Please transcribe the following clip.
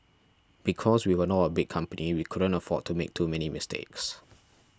because we were not a big company we couldn't afford to make too many mistakes